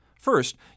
First